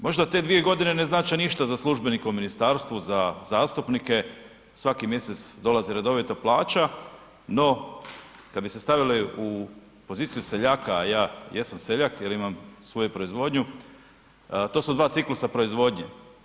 Možda te dvije godine ne znače ništa za službenike u ministarstvu, za zastupnike, svaki mjesec dolaze redovito plaća, no kad bi se stavili u poziciju seljaka, a ja jesam seljak jer imam svoju proizvodnju, to su dva ciklusa proizvodnje.